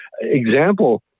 example